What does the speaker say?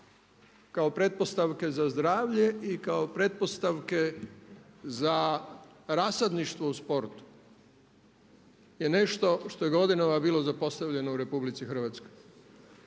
kao pretpostavke za zdravlje i kao pretpostavke za rasadništvo u sportu je nešto što je godinama bilo zapostavljeno u Republici Hrvatskoj.